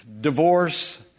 Divorce